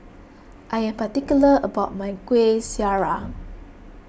I am particular about my Kuih Syara